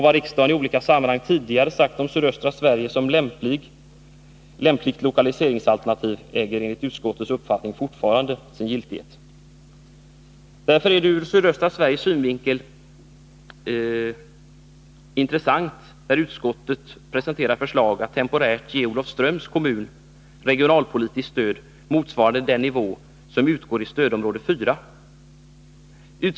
Vad riksdagen i olika sammanhang tidigare sagt om sydöstra Sverige som lämpligt utlokaliseringsalternativ äger enligt utskottets uppfattning forfarande giltighet. Ur sydöstra Sveriges synvinkel framstår därför utskottets förslag att temporärt ge Olofströms kommun regionalpolitiskt stöd motsvarande den nivå som gäller för stödområde 4 såsom intressant.